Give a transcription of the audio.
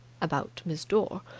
about miss dore.